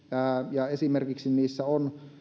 ja niissä esimerkiksi on